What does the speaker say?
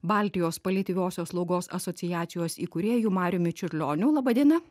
baltijos paliatyviosios slaugos asociacijos įkūrėju mariumi čiurlioniu laba diena